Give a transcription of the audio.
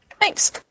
Thanks